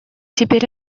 теперь